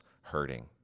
hurting